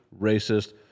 racist